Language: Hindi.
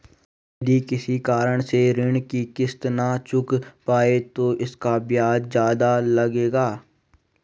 यदि किसी कारण से ऋण की किश्त न चुका पाये तो इसका ब्याज ज़्यादा लगेगा?